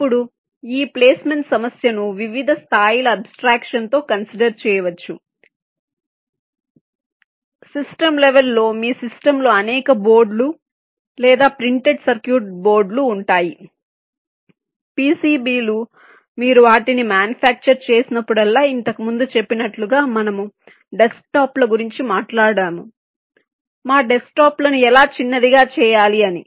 ఇప్పుడు ఈ ప్లేస్మెంట్ సమస్యను వివిధ స్థాయిల అబ్స్ట్రాక్షన్స్ తో కన్సిడర్ చేయవచ్చు సిస్టమ్ లెవెల్ లో మీ సిస్టమ్లో అనేక బోర్డులు లేదా ప్రింటెడ్ సర్క్యూట్ బోర్డులు ఉంటాయి PCBలు మీరు వాటిని మ్యానుఫ్యాక్చర్ చేసినప్పుడల్లా ఇంతకుముందు చెప్పినట్లుగా మనము డెస్క్టాప్ల గురించి మాట్లాడుతున్నాము మా డెస్క్టాప్లను ఎలా చిన్నదిగా చేయాలి అని